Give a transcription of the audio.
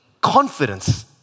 confidence